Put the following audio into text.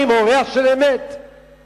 אז הם מתאבלים על קיומה של מדינת ישראל.